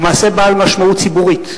הוא מעשה בעל משמעות ציבורית.